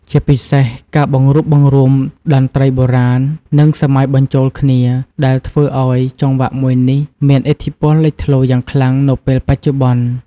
ជាពិសេសការបង្រួបបង្រួមតន្ត្រីបុរាណ និងសម័យបញ្ចូនគ្នា ដែលធ្វើអោយចង្វាក់មួយនេះមានឥទ្ធិពលលេចធ្លោយ៉ាងខ្លាំងនៅពេលបច្ចុប្បន្ន។